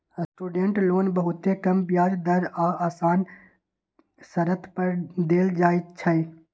student loan बहुते कम ब्याज दर आऽ असान शरत पर देल जाइ छइ